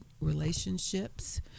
relationships